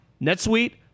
netsuite